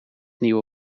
nieuwe